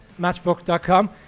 matchbook.com